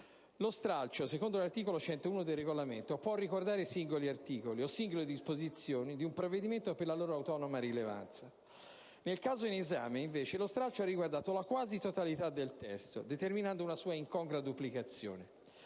Lo stralcio, secondo l'articolo 101 del Regolamento, può riguardare singoli articoli o singole disposizioni di un provvedimento per la loro autonoma rilevanza. Nel caso in esame, invece, lo stralcio ha riguardato la quasi totalità del testo, determinando una sua incongrua duplicazione.